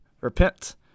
Repent